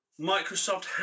Microsoft